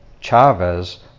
Chavez